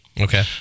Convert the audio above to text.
Okay